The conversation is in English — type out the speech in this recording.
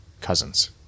cousins